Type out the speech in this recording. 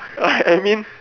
I I mean